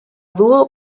dúo